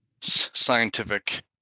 scientific